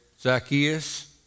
Zacchaeus